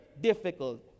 difficult